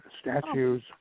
statues